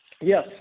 yes